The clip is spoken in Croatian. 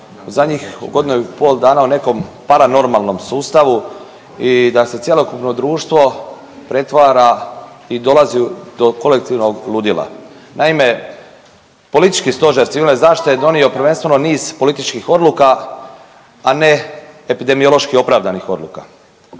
zadnjih godinu i pol dana u nekom paranormalnom sustavu i da se cjelokupno društvo pretvara i dolazi do kolektivnog ludila. Naime, politički Stožer civilne zaštite je donio prvenstveno niz političkih odluka, a ne epidemiološki opravdanih odluka.